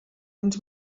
ens